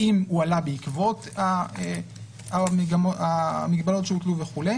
אם הוא עלה בעקבות המגבלות שהוטלו וכו'.